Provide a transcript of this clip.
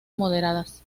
moderadas